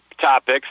topics